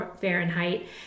Fahrenheit